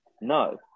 No